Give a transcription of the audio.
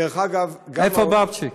איפה בבצ'יק?